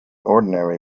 ordinary